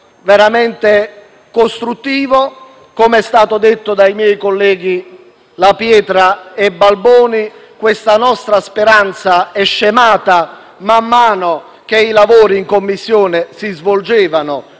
provvedimento. Com'è stato detto dai miei colleghi La Pietra e Balboni, la nostra speranza è scemata, man mano che i lavori in Commissione si svolgevano,